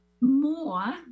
more